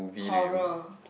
horror